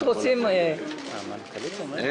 והבקשה של אחמד טיבי וגם של מיקי זוהר ושל אחרים שהנושא הזה